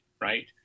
right